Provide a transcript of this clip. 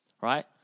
Right